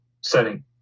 setting